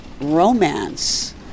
romance